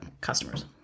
customers